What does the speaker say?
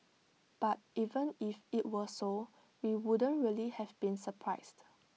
but even if IT were so we wouldn't really have been surprised